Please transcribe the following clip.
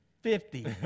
Fifty